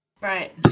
Right